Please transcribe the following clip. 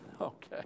okay